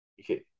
Okay